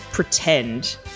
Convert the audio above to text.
Pretend